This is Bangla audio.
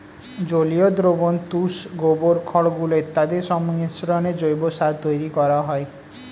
জলীয় দ্রবণ, তুষ, গোবর, খড়গুঁড়ো ইত্যাদির সংমিশ্রণে জৈব সার তৈরি করা হয়